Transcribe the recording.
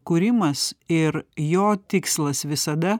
kūrimas ir jo tikslas visada